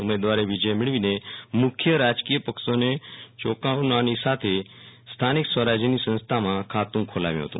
મેદવારે વિજય મેળવીને મુખ્ય રાજકીય પક્ષોને ચોકાવાની સાથે સ્થાનીક સ્વજરાજ્યની સંસ્થામાં ખાતું ખોલાવ્યું હતું